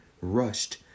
rushed